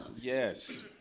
Yes